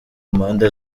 mpande